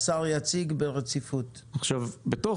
שר החקלאות ופיתוח הכפר עודד פורר: בתוך